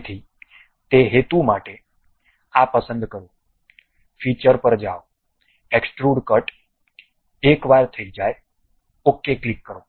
તેથી તે હેતુ માટે આ પસંદ કરો ફીચર પર જાઓ એક્સ્ટ્રુડ કટ એકવાર થઈ જાય OK ક્લિક કરો